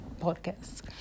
podcast